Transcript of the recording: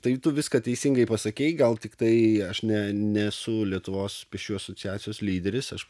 tai tu viską teisingai pasakei gal tiktai aš ne nesu lietuvos pėsčiųjų asociacijos lyderis aš